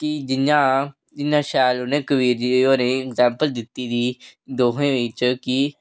की जि'यां उ'नें इन्नी शैल कबीर होरें एग्जैम्पल दित्ती दी दोहें बिच कि